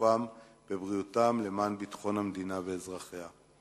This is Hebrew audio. בגופם או בבריאותם למען ביטחון המדינה ואזרחיה.